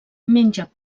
menja